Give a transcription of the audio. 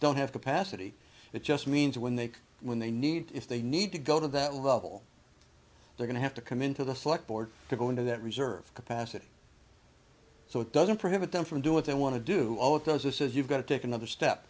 don't have capacity it just means when they when they need if they need to go to that level they're going to have to come into the select board to go into that reserve capacity so it doesn't prohibit them from do what they want to do all it does this is you've got to take another step